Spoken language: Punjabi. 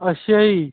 ਅੱਛਾ ਜੀ